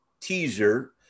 teaser